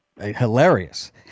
hilarious